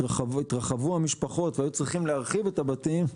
כשהתרחבו המשפחות, היו צריכים להרחיב את הבתים,